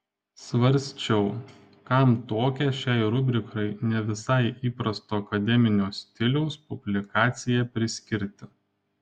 svarsčiau kam tokią šiai rubrikai ne visai įprasto akademinio stiliaus publikaciją priskirti